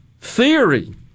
theory